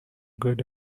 good